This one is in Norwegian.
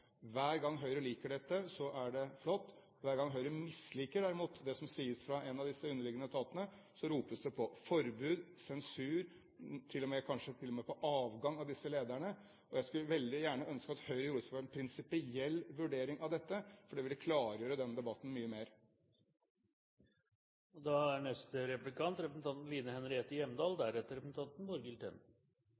Hver gang Høyre liker dette, er det flott. Hver gang Høyre derimot misliker det som sies fra en av disse underliggende etatene, ropes det på forbud, sensur og til og med kanskje på disse ledernes avgang. Jeg skulle veldig gjerne ønske at Høyre gjorde seg opp en prinsipiell vurdering av dette, for det ville klargjøre denne debatten mye mer. Statsråden har kommet hjem fra en dundrende suksess i Cancún. Hvis jeg skal skrive om hans innledende setninger i dagens innlegg, er